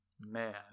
man